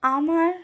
আমার